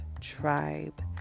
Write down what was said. tribe